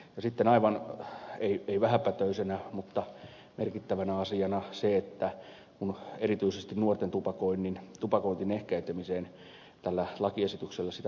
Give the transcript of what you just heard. sitten ei aivan vähäpätöisenä vaan merkittävänä asiana se että kun erityisesti nuorten tupakoinnin ehkäisemistä tällä lakiesityksellä sitä